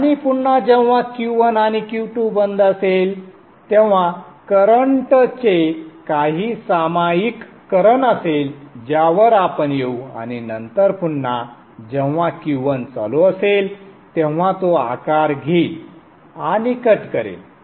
आणि पुन्हा जेव्हा Q1 आणि Q2 बंद असेल तेव्हा करंटचे काही सामायिकरण असेल ज्यावर आपण येऊ आणि नंतर पुन्हा जेव्हा Q1 चालू असेल तेव्हा तो आकार घेईल आणि कट करेल